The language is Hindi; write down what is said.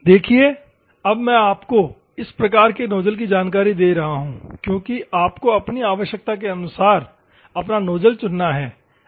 देखिए अब मैं आपको इस प्रकार के नोजल की जानकारी दे रहा हूं क्योंकि आपको अपनी आवश्यकता के अनुसार अपना नोजल चुनना है